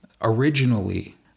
originally